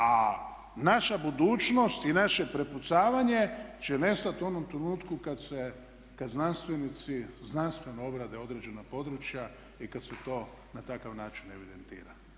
A naša budućnost i naše prepucavanje će nestati u onom trenutku kad znanstvenici znanstveno obrade određena područja i kad se to na takav način evidentira.